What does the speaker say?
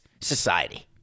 society